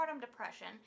depression